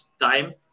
time